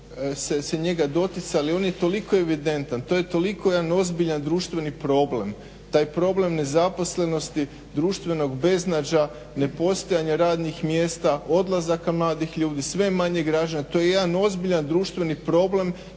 se njega doticali, on je toliko evidentan, to je toliko jedan ozbiljan društveni problem, taj problem nezaposlenosti društvenog beznađa, nepostojanja radnih mjesta, odlazaka mladih ljudi, sve je manje građana. To je jedan ozbiljan društveni problem